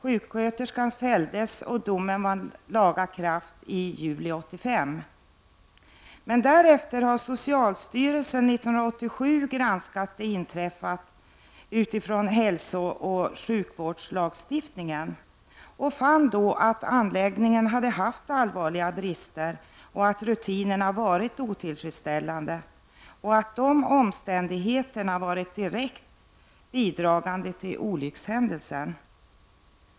Sjuksköterskan fälldes, och domen vann laga kraft i juli 1985. 1987 granskade socialstyrelsen det inträffade med hänsyn till hälsooch sjukvårdslagstiftningen och fann då att anläggningen hade haft allvarliga brister och att rutinerna varit otillfredsställande samt att dessa omständigheter hade varit direkt bidragande till olyckshändelsen.